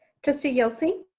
trustee yelsey.